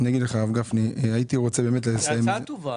זו הצעה טובה.